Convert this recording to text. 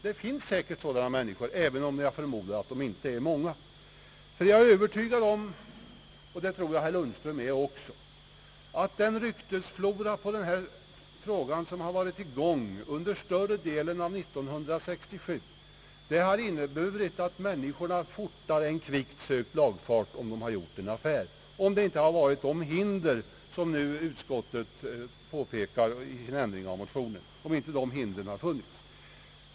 Det finns säkert sådana människor, även om jag förmodar att de inte är många. Jag är övertygad om — och det tror jag herr Lundström är också — att de rykten som florerat under större delen av 1967 har medfört, att människor fortare än kvickt sökt lagfart då de har gjort en affär — om inte sådana hinder förelegat som utskottet påpekar i sin ändring av motionen.